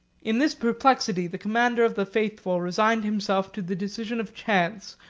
in this perplexity, the commander of the faithful resigned himself to the decision of chance,